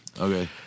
okay